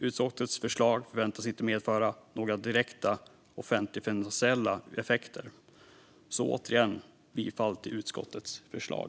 Utskottets förslag förväntas inte medföra några direkta offentligfinansiella effekter. Återigen yrkar jag bifall till utskottets förslag.